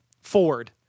Ford